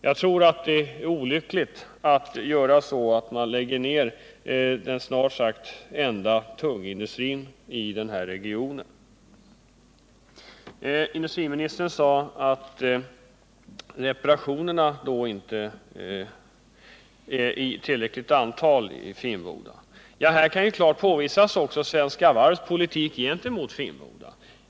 Jag tror det är olyckligt att lägga ner den snart sagt enda tunga industrin i den här regionen. Industriministern sade att antalet reparationer inte var tillräckligt vid Finnboda. I det sammanhanget kan också Svenska Varvs politik gentemot Finnboda påpekas.